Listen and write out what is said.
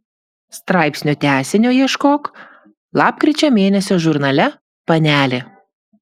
straipsnio tęsinio ieškok lapkričio mėnesio žurnale panelė